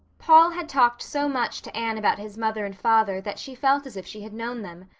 paul had talked so much to anne about his mother and father that she felt as if she had known them.